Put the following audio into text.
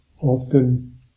often